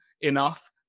enough